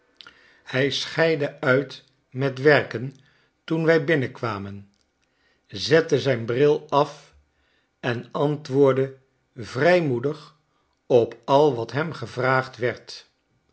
hij scheidde uit met werken toen wij binnenkwamen zette zijn bril af en antwoordde vrijmoedig op al wat hem gevraagd werd